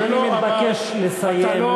אדוני מתבקש לסיים.